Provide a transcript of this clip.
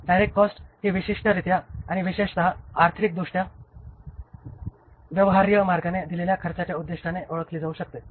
direct cost ही विशिष्टरित्या आणि विशेषत आर्थिकदृष्ट्या व्यवहार्य मार्गाने दिलेल्या खर्चाच्या उद्देशाने ओळखली जाऊ शकते